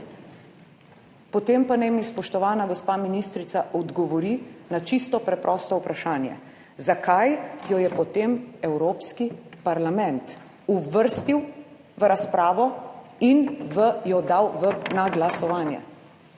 Potem pa naj mi spoštovana gospa ministrica odgovori na čisto preprosto vprašanje. Zakaj jo je potem Evropski parlament uvrstil v razpravo in jo dal na glasovanje,